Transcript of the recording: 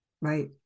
Right